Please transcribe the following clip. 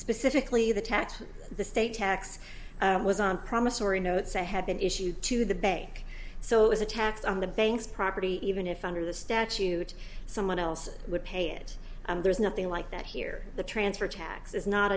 specifically the tax the state tax was on promissory notes i had been issued to the bank so it was a tax on the bank's property even if under the statute someone else would pay it and there's nothing like that here the transfer tax is not